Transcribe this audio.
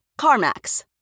CarMax